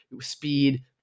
speed